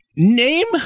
Name